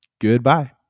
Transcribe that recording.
Goodbye